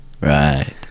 Right